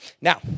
Now